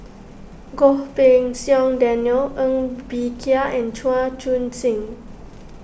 Goh Pei Siong Daniel Ng Bee Kia and Chan Chun Sing